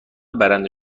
برنده